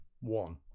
One